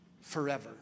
forever